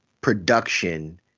production